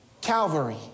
Calvary